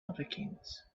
hurricanes